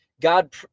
God